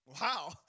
Wow